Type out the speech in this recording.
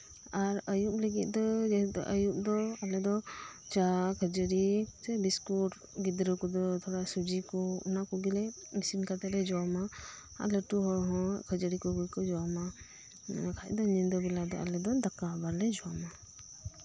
ᱟᱨ ᱟᱭᱩᱵ ᱞᱟᱹᱜᱤᱫ ᱫᱚ ᱟᱞᱮᱫᱚ ᱪᱟ ᱠᱷᱟᱹᱡᱟᱹᱲᱤ ᱵᱤᱥᱠᱩᱴ ᱜᱤᱫᱽᱨᱟᱹ ᱠᱚᱫᱚ ᱛᱷᱚᱲᱟ ᱥᱩᱡᱤ ᱠᱚ ᱚᱱᱟ ᱠᱚᱜᱮ ᱤᱥᱤᱱ ᱠᱟᱛᱮ ᱞᱮ ᱡᱚᱢᱼᱟ ᱟᱨ ᱞᱟᱹᱴᱩ ᱦᱚᱲ ᱦᱚᱸ ᱠᱷᱟᱹᱡᱟᱹᱲᱤ ᱠᱚᱠᱚ ᱡᱚᱢᱼᱟ ᱛᱷᱚᱲᱟ ᱵᱟᱠᱷᱟᱡ ᱧᱤᱫᱟᱹ ᱵᱮᱲᱟ ᱫᱚ ᱟᱞᱮ ᱫᱟᱠᱟ ᱦᱚᱸ ᱵᱟᱞᱮ ᱡᱚᱢᱼᱟ